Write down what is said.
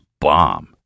bomb